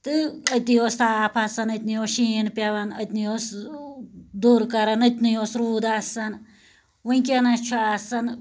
تہٕ أتی اوس تاپھ آسان أتنٕے اوس شیٖن پیٚوان أتنٕے اوس ٲں دوٚر کران أتنٕے اوس روٗد آسان وُنٛکیٚس چھُ آسان